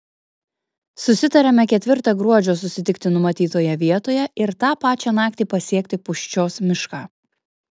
susitariame ketvirtą gruodžio susitikti numatytoje vietoje ir tą pačią naktį pasiekti pūščios mišką